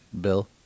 bill